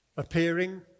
appearing